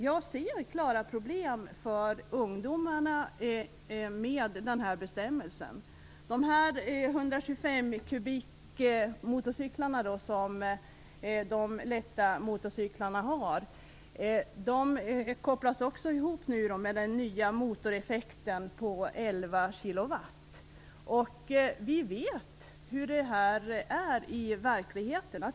Jag ser klara problem för ungdomarna med denna bestämmelse. De lätta motorcyklarna på 125 cm3 kopplas nu också ihop med den nya motoreffekten på 11 kW. Vi vet hur det ser ut i verkligheten.